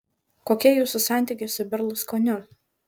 kokie jūsų santykiai su berluskoniu